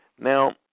Now